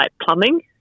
plumbing